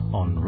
on